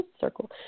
circle